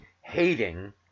hating